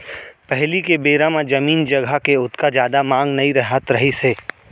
पहिली के बेरा म जमीन जघा के ओतका जादा मांग नइ रहत रहिस हे